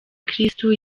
kristu